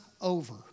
over